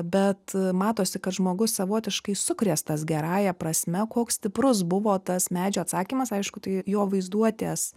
bet matosi kad žmogus savotiškai sukrėstas gerąja prasme koks stiprus buvo tas medžio atsakymas aišku tai jo vaizduotės